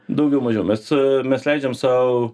daugiau mažiau mes mes leidžiam sau